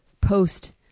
post